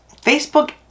Facebook